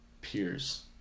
peers